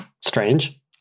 strange